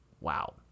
Wow